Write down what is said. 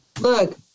Look